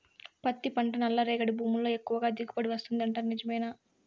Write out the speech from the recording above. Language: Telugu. పత్తి పంట నల్లరేగడి భూముల్లో ఎక్కువగా దిగుబడి వస్తుంది అంటారు నిజమేనా